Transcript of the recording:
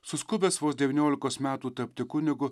suskubęs vos devyniolikos metų tapti kunigu